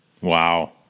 Wow